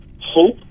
hope